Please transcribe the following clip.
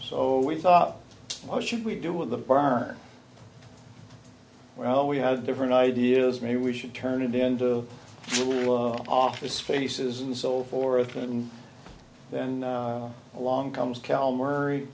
so we thought what should we do with the farmer well we have different ideas maybe we should turn it into office spaces and so forth and then along comes cal marie